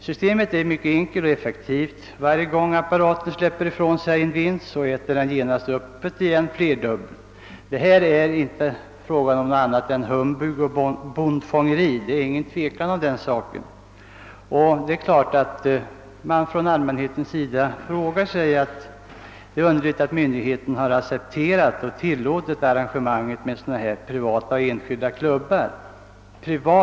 Systemet är enkelt och effektivt: varje gång apparaten släpper ifrån sig en vinst äter den genast upp den flerdubbelt. Det är inget tvivel om att det här rör sig om humbug och bondfångeri. Det är också underligt att myndigheterna har accepterat och tillåtit arrangemanget med privata och enskilda klubbar.